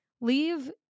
Leave